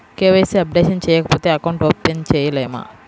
KYC updation చేయకపోతే account open చేయలేమా?